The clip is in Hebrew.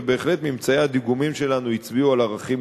ובהחלט ממצאי הדיגומים שלנו הצביעו על ערכים